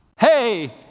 hey